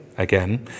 again